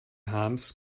harms